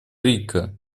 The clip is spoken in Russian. рика